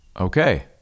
Okay